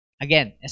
Again